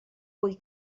vull